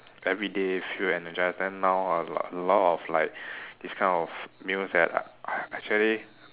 everyday feel energised then now a l~ a lot of like this kind of news that uh actually